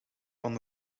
van